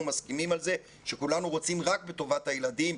מסכימים על זה שכולנו רוצים רק בטובת הילדים,